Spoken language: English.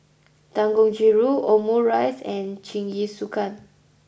Dangojiru Omurice and Jingisukan